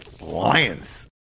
Lions